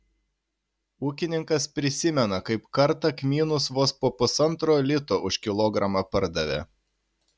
ūkininkas prisimena kaip kartą kmynus vos po pusantro lito už kilogramą pardavė